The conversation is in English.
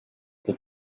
the